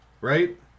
right